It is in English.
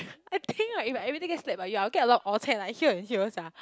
I think like like if I really get slapped by you I'll get a lot of orh cheh like here and here sia